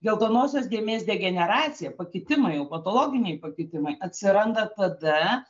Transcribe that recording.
geltonosios dėmės degeneracija pakitimai jau patologiniai pakitimai atsiranda tada